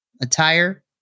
attire